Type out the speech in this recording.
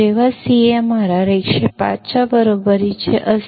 CMRR 105 ಕ್ಕೆ ಸಮನಾದಾಗ ಉತ್ತರ ಏನು